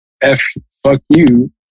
F-fuck-you